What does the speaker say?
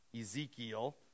Ezekiel